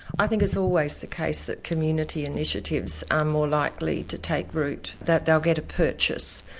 i think it's always the case that community initiatives are more likely to take root, that they'll get a purchase,